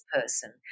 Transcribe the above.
person